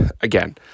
Again